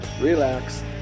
relax